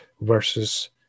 versus